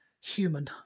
human